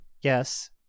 Yes